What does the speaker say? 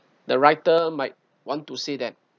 the writer might want to say that